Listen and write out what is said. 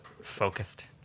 focused